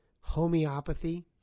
homeopathy